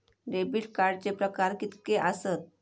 Debit कार्डचे प्रकार कीतके आसत?